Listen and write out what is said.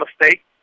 mistake